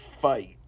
fight